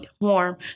warm